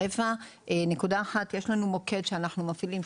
נקודה אחת: יש מוקד שאנחנו מפעילים,